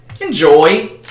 enjoy